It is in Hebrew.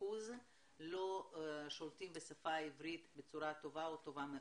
50% לא שולטים בשפה העברית בצורה טובה או טובה מאוד.